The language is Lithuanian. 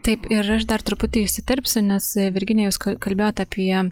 taip ir aš dar truputį įsiterpsiu nes virginija jūs k kalbėjot apie